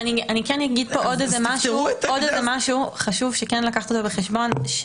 אני כן אגיד פה עוד משהו שחשוב להביא אותו בחשבון.